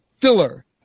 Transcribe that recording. filler